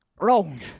Wrong